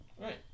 Right